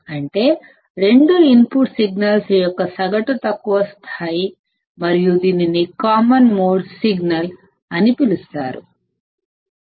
అంటే రెండు input signals యొక్క సగటు తక్కువ స్థాయి మరియు దీనిని కామన్ మోడ్ సిగ్నల్ అని పిలుస్తారు Vc